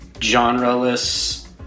genre-less